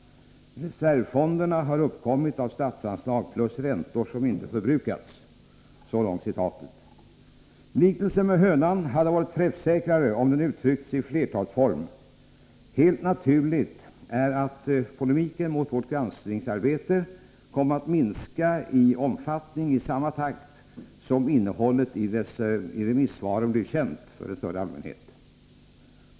Reservfonderna har uppkommit av statsanslag plus räntor som inte förbrukats.” Liknelsen med hönan hade varit mera träffsäker om den hade uttryckts i flertalsform. Helt klart är att polemiken mot vårt granskningsarbete kom att minska i omfattning i samma takt som innehållet i remissvaret blev känt för en större allmänhet.